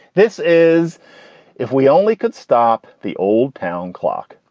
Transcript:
this is if we only could stop the old town clock.